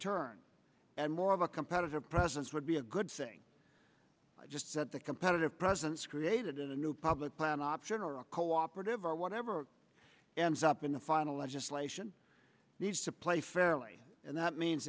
turn and more of a competitive presence would be a good thing i just said the competitive presence created in a new public plan option or a cooperative or whatever ends up in the final legislation needs to play fairly and that means